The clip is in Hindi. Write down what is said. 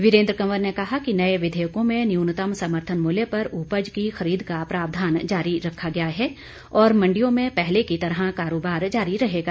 वीरेन्द्र कंवर ने कहा कि नए विधेयकों में न्यूनतम समर्थन मूल्य पर उपज की खरीद का प्रावधान जारी रखा गया है और मंडियों में पहले की तरह कारोबार जारी रहेगा